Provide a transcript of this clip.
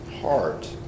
heart